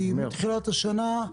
כי מתחילת השנה,